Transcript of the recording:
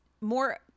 more